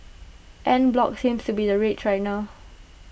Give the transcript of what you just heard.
en bloc seems to be the rage right now